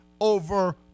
over